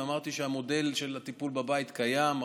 אמרתי שהמודל של הטיפול בבית קיים,